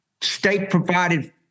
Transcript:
state-provided